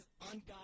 ungodly